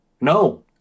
no